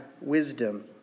wisdom